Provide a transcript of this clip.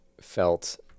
felt